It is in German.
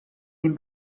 den